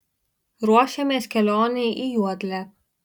ruošiamės kelionei į juodlę